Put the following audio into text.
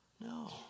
No